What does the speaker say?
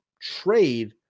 trade